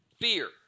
fear